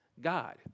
God